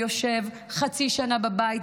והוא יושב חצי שנה בבית,